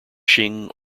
shing